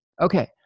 Okay